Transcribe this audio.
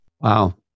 Wow